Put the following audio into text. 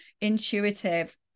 intuitive